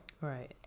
Right